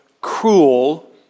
cruel